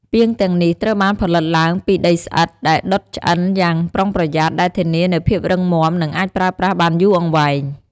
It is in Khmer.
ពាងទាំងនេះត្រូវបានផលិតឡើងពីដីស្អិត ដែលដុតឆ្អិនយ៉ាងប្រុងប្រយ័ត្ន ដែលធានានូវភាពរឹងមាំ និងអាចប្រើប្រាស់បានយូរអង្វែង។